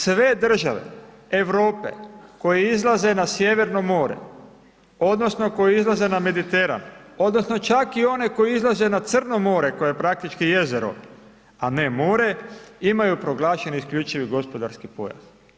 Sve države Europe koje izlaze na sjeverno more, odnosno koje izlaze na Mediteran, odnosno čak i one koje izlaze na Crno more koje je praktički jezero a ne more imaju proglašeni isključivi gospodarski pojas.